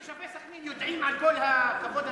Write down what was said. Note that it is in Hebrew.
תושבי סח'נין יודעים על כל הכבוד הזה,